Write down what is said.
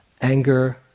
anger